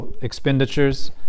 expenditures